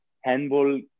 handball